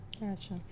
Gotcha